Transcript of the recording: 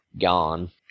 gone